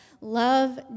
love